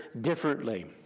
differently